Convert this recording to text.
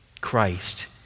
Christ